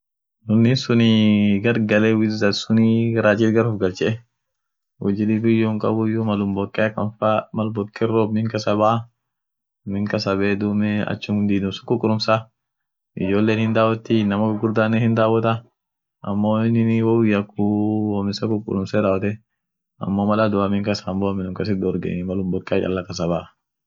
Algeria ada ishian biria ishini mambo duranine fan doti won durani gan alfua kaa dabre mambo ponishian, numideani, romani iyo otomani iyo mambo pregcloniali won suni lila faan jirt mambo ak it techchane lila fan jiirti pasakat tegiteam, gedi jamila faa festival hijirt ka iddi faa nen<iunintaligable >hushrekeani afaa ishin dubetineni afan biri bere sun dubet muzikinen lila fan jirt